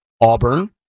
Auburn